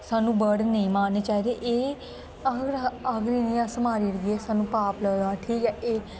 सानू बर्ड नेई मारने चाहिदे ते एह् अगर अस इंहेगी मारी ओड़गे सानू पाप लगदा ते एह्